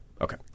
Okay